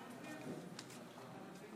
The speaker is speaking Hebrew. נתקבלה.